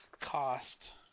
cost